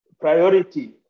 priority